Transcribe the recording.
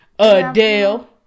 Adele